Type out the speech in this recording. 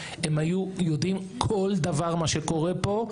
הם היו יודעים כל דבר מה שקורה פה,